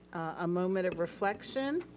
a moment of reflection,